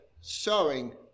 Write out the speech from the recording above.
sowing